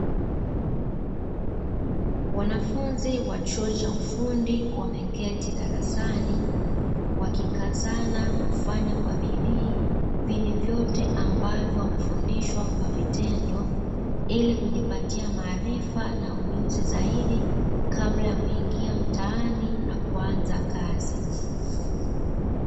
Wanafunzi wa chuo cha ufundi wameketi darasani wakikazana kufanya kwa bidii vile vyote, ambavyo wamefundishwa kwa vitendo ili kujipatia maarifa na ujuzi zaidi kabla ya kuingia mtaani na kuanza kazi.